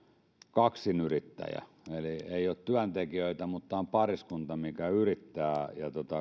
kaksinyrittäjä eli ei ole työntekijöitä mutta on pariskunta joka yrittää ja